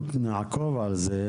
נעקוב אחרי זה,